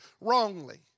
wrongly